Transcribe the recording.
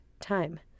time